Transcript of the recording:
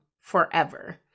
forever